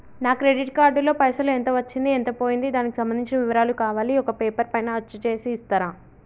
నా credit card లో పైసలు ఎంత వచ్చింది ఎంత పోయింది దానికి సంబంధించిన వివరాలు కావాలి ఒక పేపర్ పైన అచ్చు చేసి ఇస్తరా?